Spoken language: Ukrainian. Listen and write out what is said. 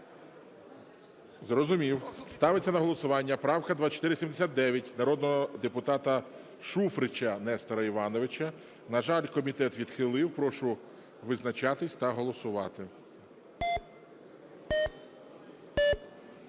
Зрозумів. Ставиться на голосування правка 2479 народного депутата Шуфрича Нестора Івановича. На жаль, комітет відхилив. Прошу визначатись та голосувати.